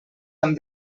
amb